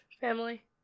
family